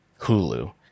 Hulu